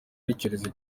n’icyorezo